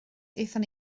aethon